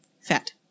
fat